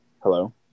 Hello